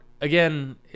Again